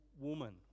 woman